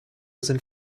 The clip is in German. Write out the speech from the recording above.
sind